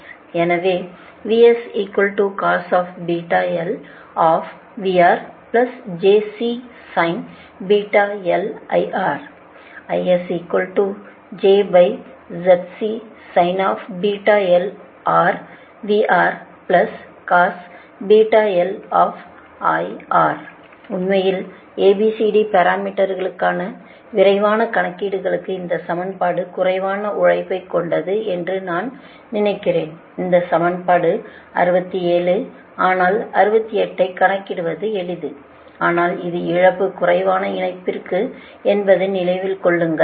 எனவே உண்மையில் ABCD பாரமீட்டர்ஸ்களுக்கான விரைவான கணக்கீடுகளுக்கு இந்த சமன்பாடு குறைவான உழைப்பு கொண்டது என்று நான் நினைக்கிறேன் இந்த சமன்பாடு 67 ஆனால் 68 ஐ கணக்கிடுவது எளிது ஆனால் இது இழப்பு குறைவான இணைப்பிற்கு என்பதை நினைவில் கொள்ளுங்கள்